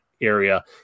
area